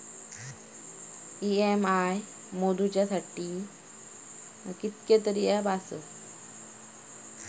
EMI मोजुच्यासाठी कितकेतरी app आसत